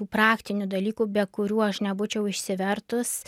praktinių dalykų be kurių aš nebūčiau išsivertus